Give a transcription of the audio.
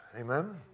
Amen